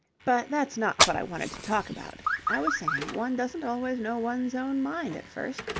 but that's not what i wanted to talk about. i was saying one doesn't always know one's own mind at first,